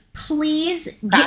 Please